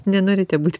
nenorite būti